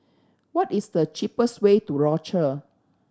what is the cheapest way to Rochor